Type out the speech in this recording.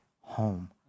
home